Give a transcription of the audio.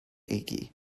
achy